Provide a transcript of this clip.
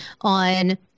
on